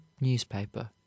newspaper